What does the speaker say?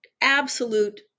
absolute